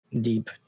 deep